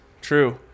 true